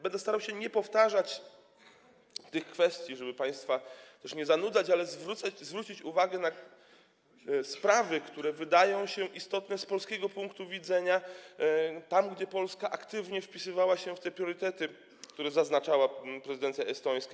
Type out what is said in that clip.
Będę starał się nie powtarzać tych kwestii, żeby państwa nie zanudzać, ale zwrócę uwagę na sprawy, które wydają się istotne z polskiego punktu widzenia, kwestie, w których Polska aktywnie wpisywała się w te priorytety, które zaznaczała prezydencja estońska.